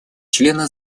члены